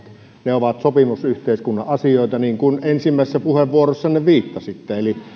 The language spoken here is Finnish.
ne ovat sopimusyhteiskunnan asioita niin kuin ensimmäisessä puheenvuorossanne viittasitte